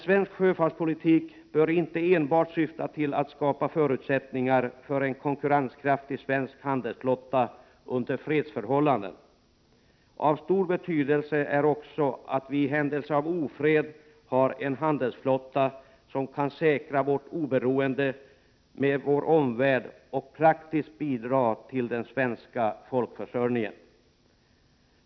Svensk sjöfartspolitik bör inte enbart syfta till att skapa förutsättningar för betydelse är det också att vi i händelse av ofred har en handelsflotta som kan säkra vårt oberoende med omvärlden och praktiskt bidra till den svenska folkförsörjningen.